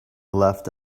laughed